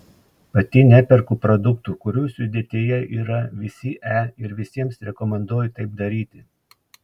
pati neperku produktų kurių sudėtyje yra visi e ir visiems rekomenduoju taip daryti